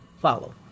follow